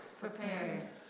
Prepare